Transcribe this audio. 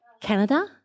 Canada